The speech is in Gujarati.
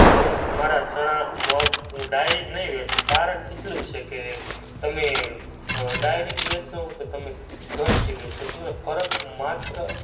હું મારા ચણા મગ હું ડાયરેક નહીં વેચુ કારણ એટલું જ છે કે તમે ડાયરેક વેચશો કે તમે ઘરથી વેચશો તમને ફરક માત્ર